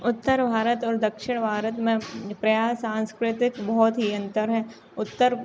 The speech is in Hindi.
उत्तर भारत और दक्षिण भारत में ये प्रयास सांस्कृतिक बहुत ही अंतर हैं उत्तर